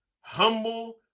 humble